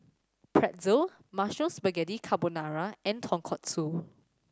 Pretzel Mushroom Spaghetti Carbonara and Tonkatsu